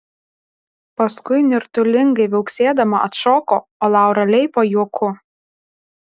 paskui nirtulingai viauksėdama atšoko o laura leipo juoku